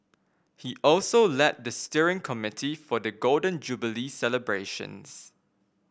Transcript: he also led the steering committee for the Golden Jubilee celebrations